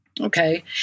Okay